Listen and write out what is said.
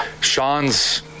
Sean's